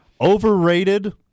Overrated